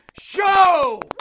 Show